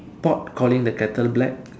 pot calling the kettle black